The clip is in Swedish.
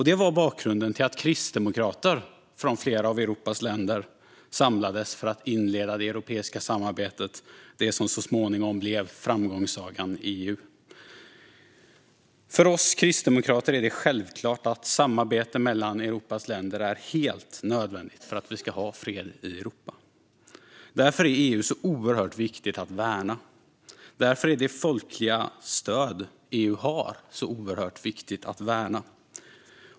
Detta var bakgrunden till att kristdemokrater från flera av Europas länder samlades för att inleda det europeiska samarbetet, det som så småningom blev framgångssagan EU. För oss kristdemokrater är det självklart att samarbete mellan Europas länder är helt nödvändigt för att vi ska ha fred i Europa. Därför är EU så oerhört viktigt att värna. Därför är det folkliga stöd EU har så oerhört viktigt att värna.